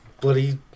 bloody